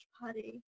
party